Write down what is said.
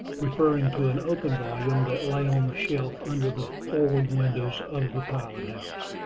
referring to an open volume that lay on the shelf under the forward windows of the pilot-house.